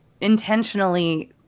intentionally